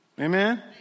Amen